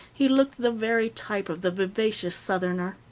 he looked the very type of the vivacious southerner.